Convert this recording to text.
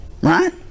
Right